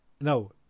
No